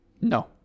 No